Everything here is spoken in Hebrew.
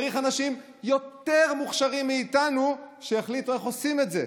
צריך אנשים יותר מוכשרים מאיתנו שיחליטו איך עושים את זה.